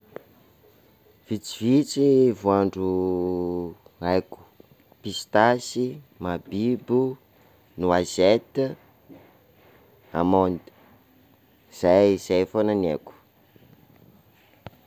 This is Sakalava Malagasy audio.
Vitsivitsy voanjo haiko: pistasy, mahabibo, noisette, amande, zay zay foana no aiko.